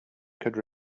could